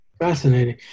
Fascinating